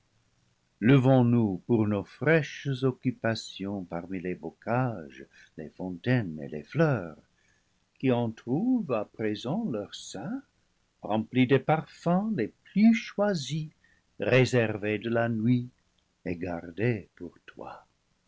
levons nous pour nos fraîches occupations parmi les bocages les fontaines et les fleurs qui entr'ouvrent à présent leur sein rempli des par fums les plus choisis réservés de la nuit et gardés pour loi